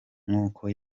nk’uko